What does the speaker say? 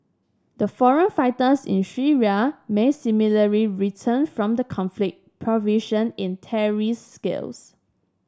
the foreign fighters in Syria may similarly return from the conflict proficient in terrorist skills